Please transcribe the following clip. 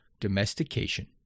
domestication